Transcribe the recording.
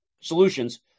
solutions